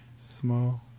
small